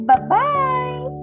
Bye-bye